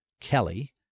Kelly